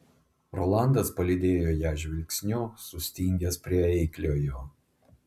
rolandas palydėjo ją žvilgsniu sustingęs prie eikliojo